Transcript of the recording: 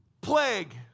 plague